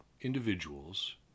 individuals